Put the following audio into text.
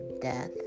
death